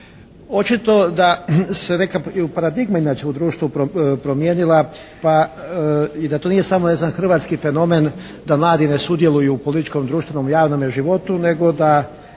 Očito da se nekad i u paradigmi inače u društvu promijenila pa i da to nije samo ne znam hrvatski fenomen da mladi ne sudjeluju u političkom, društvenom, u javnome životu nego da